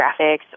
graphics